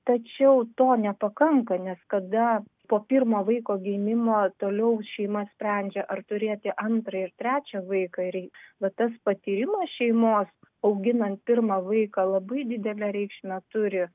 tačiau to nepakanka nes kada po pirmo vaiko gimimo toliau šeima sprendžia ar turėti antrą ir trečią vaiką reiks va tas patyrimas šeimos auginant pirmą vaiką labai didelę reikšmę turi